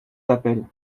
d’appel